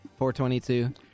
422